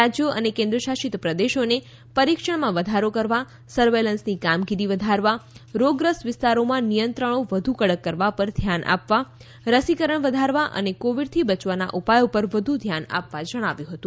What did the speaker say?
રાજ્યો અને કેન્તશાસિત પ્રદેશોને પરીક્ષણમાં વધારો કરવા સર્વેલન્સની કામગીરી વધારવા રોગગ્રસ્ત વિસ્તારોમાં નિયંત્રણો વધુ કડક કરવા પર ધ્યાન આપવા રસીકરણ વધારવા અને કોવિડથી બચવાના ઉપાયો પર વધુ ધ્યાન આપવા જણાવ્યું હતું